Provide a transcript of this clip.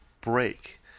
break